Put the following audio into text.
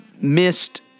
missed